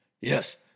Yes